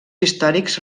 històrics